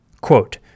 Quote